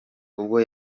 ubwo